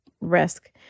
risk